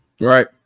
right